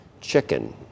chicken